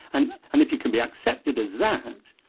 and and if you can be accepted as that,